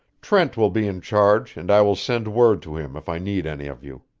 trent will be in charge, and i will send word to him if i need any of you.